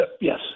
yes